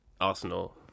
Arsenal